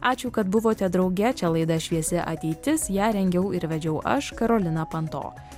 ačiū kad buvote drauge čia laida šviesi ateitis ją rengiau ir vedžiau aš karoliną panto